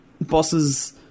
bosses